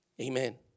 Amen